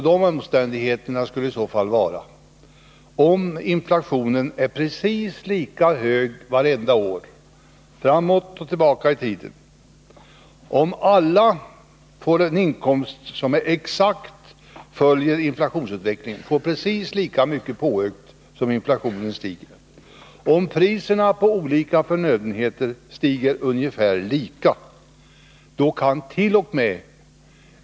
De omständigheterna skulle i så fall vara: omiinflationen är precis lika hög vartenda år, framåt och tillbaka i tiden, om alla får en inkomst som exakt följer inflationsutvecklingen och får precis lika mycket påökt som inflationen stiger och om priserna på olika förnödenheter stiger ungefär lika mycket. Då kant.o.m.